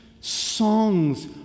songs